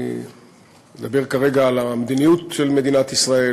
אני מדבר כרגע על המדיניות של מדינת ישראל,